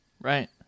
Right